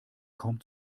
kaum